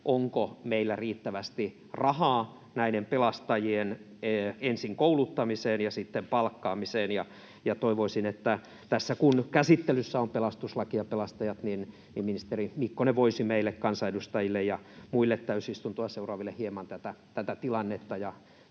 onko meillä riittävästi rahaa näiden pelastajien ensin kouluttamiseen ja sitten palkkaamiseen, ja toivoisin, että tässä, kun käsittelyssä on pelastuslaki ja pelastajat, ministeri Mikkonen voisi meille kansanedustajille ja muille täysistuntoa seuraaville hieman tätä tilannetta